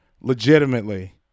legitimately